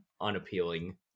unappealing